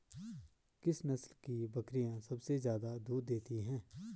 किस नस्ल की बकरीयां सबसे ज्यादा दूध देती हैं?